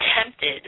attempted